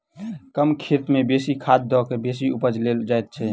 कम खेत मे बेसी खाद द क बेसी उपजा लेल जाइत छै